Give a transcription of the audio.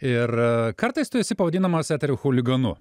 ir kartais tu esi pavadinamas eterio chuliganu